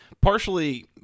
partially